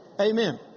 Amen